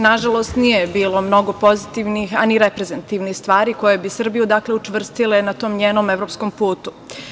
Nažalost nije bilo mnogo pozitivnih, a ni reprezentativnih stvari koje bi Srbiju učvrstile na tom njenom evropskom putu.